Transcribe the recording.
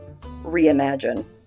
reimagine